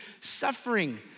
suffering